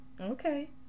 Okay